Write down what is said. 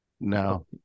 No